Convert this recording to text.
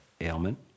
ailment